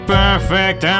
perfect